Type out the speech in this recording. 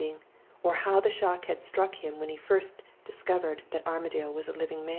or how the shock had struck him when he first discovered that armadale was a living man.